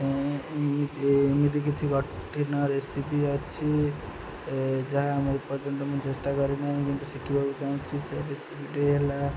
ଏମିତି ଏମିତି କିଛି କଠିନ ରେସିପି ଅଛି ଯାହା ଆମର ପର୍ଯ୍ୟନ୍ତ ମୁଁ ଚେଷ୍ଟା କରିନାହିଁ କିନ୍ତୁ ଶିଖିବାକୁ ଚାହୁଁଛି ସେ ରେସିପିଟି ହେଲା